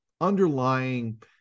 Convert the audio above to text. underlying